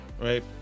right